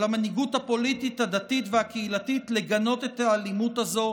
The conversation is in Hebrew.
על המנהיגות הפוליטית הדתית והקהילתית לגנות את האלימות הזאת,